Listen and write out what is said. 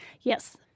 Yes